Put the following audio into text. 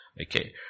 Okay